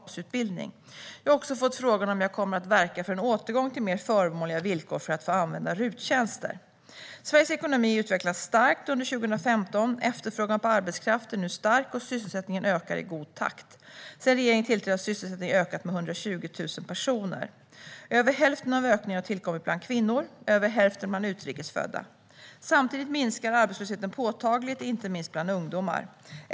Fru talman! Fredrik Malm har frågat mig vilka reformer jag vill se på arbetsmarknaden för att fler utan utbildning ska få jobb och hur jag ser på uttalandet att arbetsmarknadspolitiska åtgärder inte är effektiva för dem utan gymnasieutbildning. Jag har också fått frågan om jag kommer att verka för en återgång till mer förmånliga villkor för att få använda RUT-tjänster. Sveriges ekonomi utvecklades starkt under 2015. Efterfrågan på arbetskraft är nu stark, och sysselsättningen ökar i god takt. Sedan regeringen tillträdde har sysselsättningen ökat med 120 000 personer. Över hälften av ökningen har tillkommit bland kvinnor, över hälften bland utrikes födda. Samtidigt minskar arbetslösheten påtagligt, inte minst bland ungdomar.